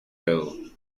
pil